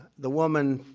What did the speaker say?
the woman,